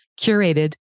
curated